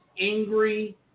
angry